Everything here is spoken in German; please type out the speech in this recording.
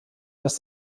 dass